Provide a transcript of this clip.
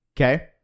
Okay